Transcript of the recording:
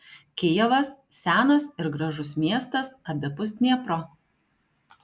kijevas senas ir gražus miestas abipus dniepro